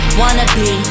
wannabe